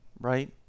right